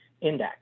index